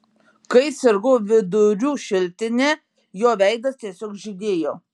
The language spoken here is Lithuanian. kai sirgau vidurių šiltine jo veidas tiesiog žydėjo